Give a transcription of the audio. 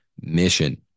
mission